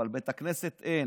אבל בית כנסת, אין.